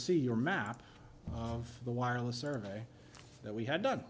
see your map of the wireless survey that we had done